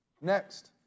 Next